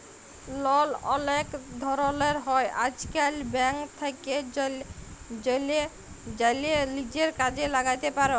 লল অলেক ধরলের হ্যয় আইজকাল, ব্যাংক থ্যাকে জ্যালে লিজের কাজে ল্যাগাতে পার